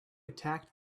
attacked